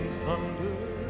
thunder